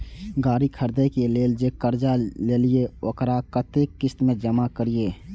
गाड़ी खरदे के लेल जे कर्जा लेलिए वकरा कतेक किस्त में जमा करिए?